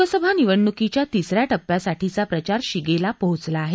लोकसभा निवडणुकीच्या तिसऱ्या टप्प्यासाठीचा प्रचार शिगेला पोहोचला आहे